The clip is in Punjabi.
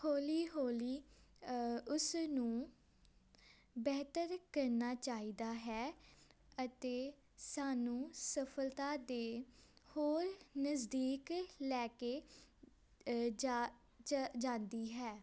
ਹੌਲੀ ਹੌਲੀ ਉਸ ਨੂੰ ਬਿਹਤਰ ਕਰਨਾ ਚਾਹੀਦਾ ਹੈ ਅਤੇ ਸਾਨੂੰ ਸਫਲਤਾ ਦੇ ਹੋਰ ਨਜ਼ਦੀਕ ਲੈ ਕੇ ਜਾਂਦੀ ਹੈ